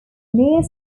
near